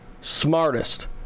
smartest